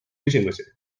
küsimusi